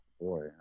boy